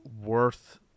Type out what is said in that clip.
worth